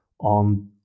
on